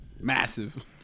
massive